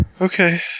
Okay